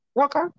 Okay